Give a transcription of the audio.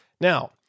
Now